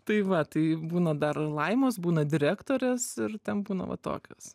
tai va tai būna dar laimos būna direktorės ir ten būna va tokios